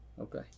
Okay